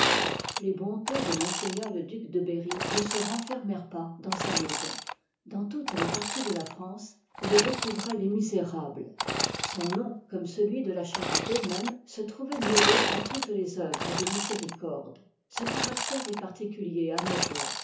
jes bontés de ms le duc de berry ne se renfermèrent pas dans sa maison dans toutes les parties de la france il découvroit les misérables son nom comme celui de la charité même se trouvoit mêlé à toutes lés œuvres de miséricorde ce caractère est particulier à nos rois